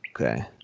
Okay